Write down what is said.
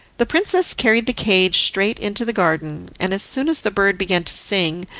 the princess carried the cage straight into the garden, and, as soon as the bird began to sing,